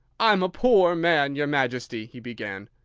i'm a poor man, your majesty, he began.